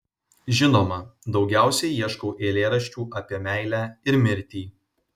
žinoma daugiausiai ieškau eilėraščių apie meilę ir mirtį